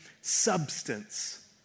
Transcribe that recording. substance